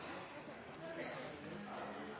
Henriksen